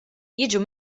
jiġu